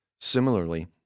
Similarly